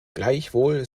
gleichwohl